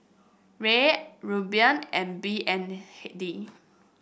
Riel Rupiah and B N D